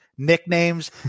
nicknames